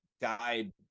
died